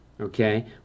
Okay